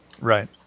Right